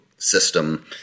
system